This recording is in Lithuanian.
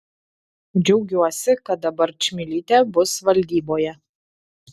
džiaugiuosi kad dabar čmilytė bus valdyboje